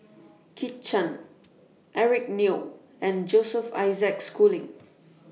Kit Chan Eric Neo and Joseph Isaac Schooling